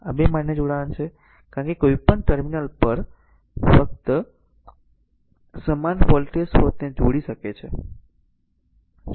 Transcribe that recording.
આ બે માન્ય જોડાણ છે કારણ કે કોઈપણ ટર્મિનલ પર ફક્ત સમાન વોલ્ટેજ સ્રોતને જોડી શકે છે